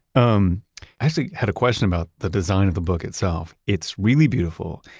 um i actually had a question about the design of the book itself. it's really beautiful.